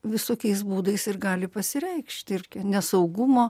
visokiais būdais ir gali pasireikšti ir nesaugumo